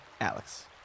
Alex